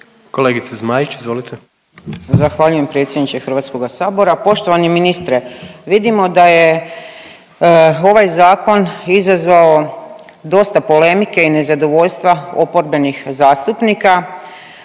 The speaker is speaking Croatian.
**Zmaić, Ankica (HDZ)** Zahvaljujem predsjedničke Hrvatskoga sabora. Poštovani ministre, vidimo da je ovaj zakon izazvao dosta polemike i nezadovoljstva oporbenih zastupnika